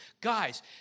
Guys